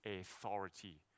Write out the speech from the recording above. authority